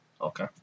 Okay